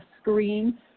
screen